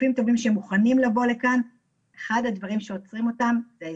רופאים טובים שמוכנים לבוא לכאן ואחד הדברים שעוצרים אותם זה ההסדרים.